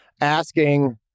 asking